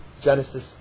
Genesis